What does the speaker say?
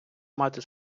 мати